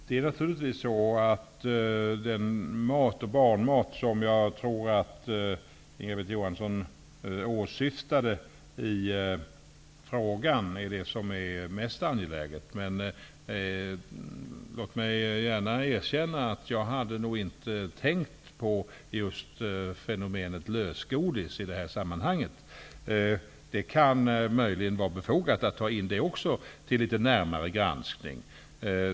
Herr talman! Den barnmat som jag tror att Inga Britt Johansson åsyftade i sin fråga är mest angelägen. Låt mig dock gärna erkänna att jag inte hade tänkt på fenomenet lösgodis i det här sammanhanget. Det kan möjligen vara befogat att ta även det till närmare granskning.